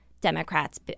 Democrats